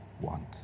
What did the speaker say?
want